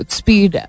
speed